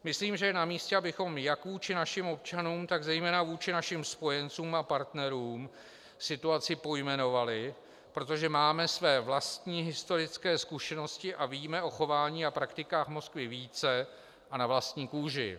Myslím, že je na místě, abychom jak vůči našim občanům, tak zejména vůči našim spojencům a partnerům situaci pojmenovali, protože máme své vlastní historické zkušenosti a víme o chování a praktikách Moskvy více a na vlastní kůži.